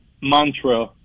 mantra